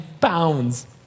pounds